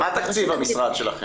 מה תקציב המשרד שלכם?